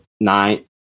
nine